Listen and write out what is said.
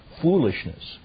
foolishness